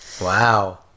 Wow